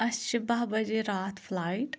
اَسہِ چھِ بہہ بَجے راتھ فٕلایٹ